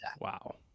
wow